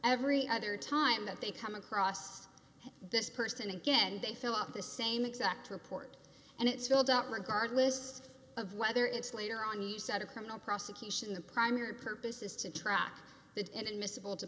every other time that they come across this person again they fill out the same exact report and it's filled out regardless of whether it's later on you said a criminal prosecution the primary purpose is to trot it miscible to